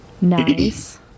Nice